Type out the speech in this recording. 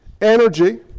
energy